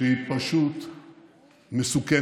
היא שהיא פשוט מסוכנת.